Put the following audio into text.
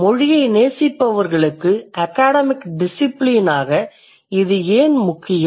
மொழியை நேசிப்பவர்களுக்கு அகாடமிக் டிசிபிலினாக இது ஏன் முக்கியம்